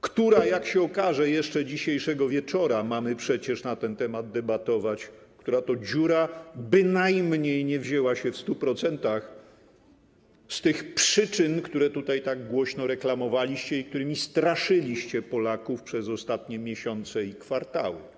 która to dziura, jak się okaże jeszcze dzisiejszego wieczora, bo mamy przecież na ten temat debatować, bynajmniej nie wzięła się w 100% z tych przyczyn, które tutaj tak głośno reklamowaliście i którymi straszyliście Polaków przez ostatnie miesiące i kwartały.